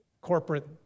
Corporate